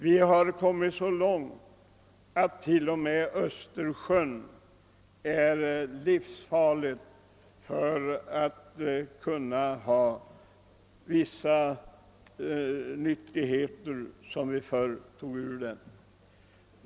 Vi har kommit så långt att det t.o.m. är livsfarligt att ur Östersjön hämta vissa nyttigheter som vi tidigare kunde få därifrån.